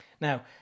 Now